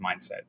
mindset